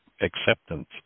acceptance